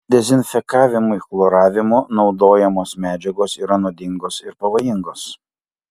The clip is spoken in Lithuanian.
dezinfekavimui chloravimu naudojamos medžiagos yra nuodingos ir pavojingos